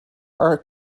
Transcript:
are